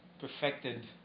perfected